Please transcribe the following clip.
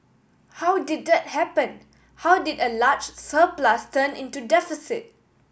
how did that happen how did a large surplus turn into deficit